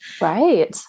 Right